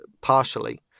partially